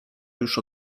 już